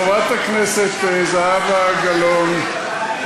חברת הכנסת זהבה גלאון,